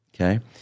okay